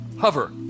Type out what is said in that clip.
hover